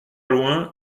loin